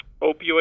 opioid